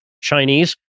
Chinese